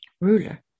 ruler